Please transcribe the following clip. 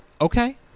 Okay